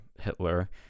Hitler